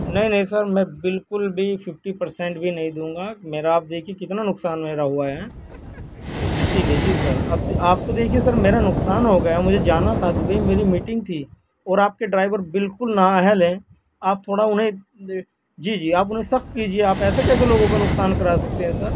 نہیں نہیں سر میں بالکل بھی ففٹی پرسینٹ بھی نہیں دوں گا میرا آپ دیکھیے کتنا نقصان میرا ہوا ہے اسی لیے جی سر آپ تو دیکھیے سر میں میرا نقصان ہو گیا مجھے جانا تھا دبئی میری میٹنگ تھی اور آپ کے ڈرائیور بالکل نا اہل ہیں آپ تھوڑا انہیں جی جی آپ انہیں سخت کیجیئے آپ ایسے کیسے لوگوں کا نقصان کرا سکتے ہیں سر